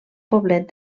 poblet